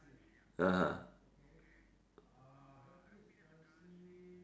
(uh huh)